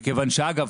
אגב,